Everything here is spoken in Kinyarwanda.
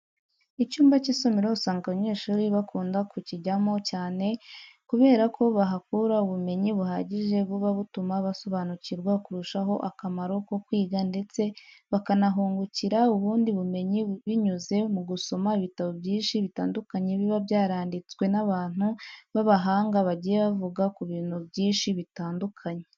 Icyumba cy'isomero usanga abanyeshuri bakunda kukijyamo cyane kubera ko bahakura ubumenyi buhagije buba butuma basobanukirwa kurushaho akamaro ko kwiga ndetse bakanahungukira ubundi bumenyi binyuze mu gusoma ibitabo byinshi bitandukanye biba byaranditswe n'abantu b'abahanga bagiye bavuga ku bintu byinshi bitandukanye.